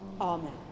amen